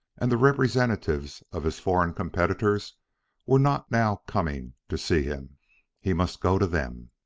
and the representatives of his foreign competitors were not now coming to see him he must go to them.